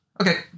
Okay